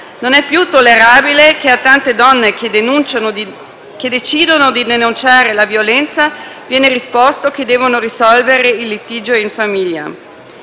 Non è più tollerabile che a tante donne che decidono di denunciare la violenza venga risposto che devono risolvere il litigio in famiglia.